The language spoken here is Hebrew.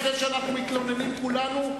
לפני שאנחנו מתלוננים כולנו,